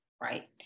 right